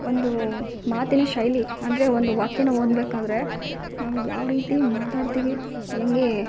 ಒಂದು ಮಾತಿನ ಶೈಲಿ ಅಂದರೆ ಒಂದು ವಾಕ್ಯ ಓದಬೇಕಾದ್ರೆ ನಾವು ಯಾವರೀತಿ ಮಾತಾಡ್ತೀವಿ ಹೆಂಗೇ